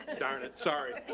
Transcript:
ah darn it. sorry.